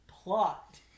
Plot